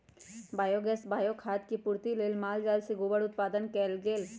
biogas, bio खाद के पूर्ति लेल माल जाल से गोबर उत्पादन कएल गेल